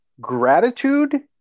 gratitude